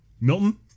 Milton